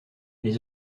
les